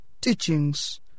teachings